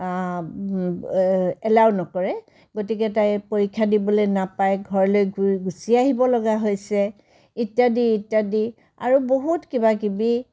allow নকৰে গতিকে তাই পৰীক্ষা দিবলৈ নাপায় ঘৰলৈ ঘূৰি গুচি আহিব লগা হৈছে ইত্যাদি ইত্যাদি আৰু বহুত কিবা কিবি